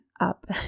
up